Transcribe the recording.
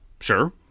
Sure